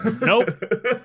Nope